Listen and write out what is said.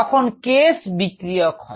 তখন K s বিক্রিয়ক হবে